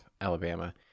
Alabama